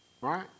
right